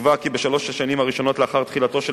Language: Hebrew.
נקבע כי בשלוש השנים הראשונות לאחר תחילתו של